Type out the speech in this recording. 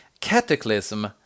Cataclysm